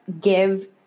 give